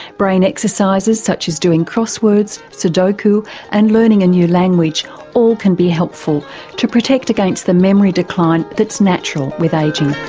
brain exercises such as doing crosswords, sudoku and learning a new language all can be helpful to protect against the memory decline that's natural with ageing.